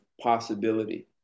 possibility